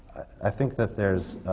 i think that there's